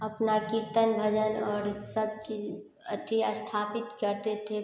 अपना कीर्तन भजन और सब चीज़ अथी अस्थापित करते थे